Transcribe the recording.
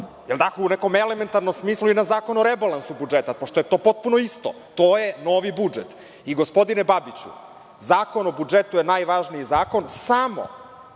da važi u nekom elementarnom smislu i za Zakon o rebalansu budžeta. To je potpuno isto. To je novi budžet. Gospodine Babiću, Zakon o budžetu je najvažniji zakon samo